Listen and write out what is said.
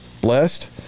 blessed